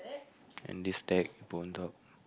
and this stack put on top